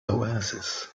oasis